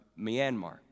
Myanmar